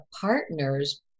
partners